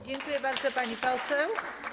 Dziękuję bardzo, pani poseł.